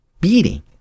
beating